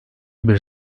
bir